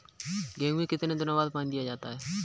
गेहूँ में कितने दिनों बाद पानी दिया जाता है?